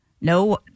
No